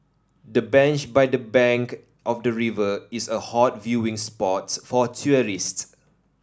the bench by the bank of the river is a hot viewing spot for tourists